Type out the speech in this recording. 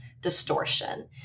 distortion